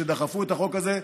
שדחפו את החוק הזה.